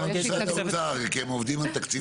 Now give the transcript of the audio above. --- משרד האוצר, כי הם עובדים על תקציב.